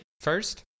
first